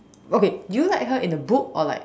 okay do you like her in the book or like